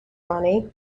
money